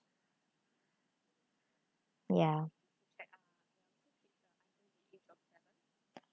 ya